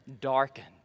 darkened